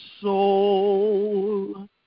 soul